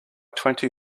twenty